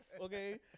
okay